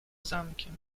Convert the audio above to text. zamkiem